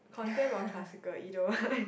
contemp or classical either one